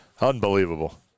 Unbelievable